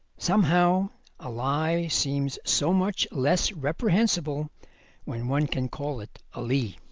somehow a lie seems so much less reprehensible when one can call it a lee.